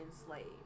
enslaved